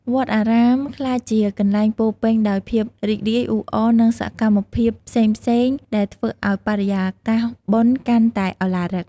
វត្តអារាមក្លាយជាកន្លែងពោរពេញដោយភាពរីករាយ អ៊ូអរ និងសកម្មភាពផ្សេងៗ ដែលធ្វើឱ្យបរិយាកាសបុណ្យកាន់តែឱឡារិក។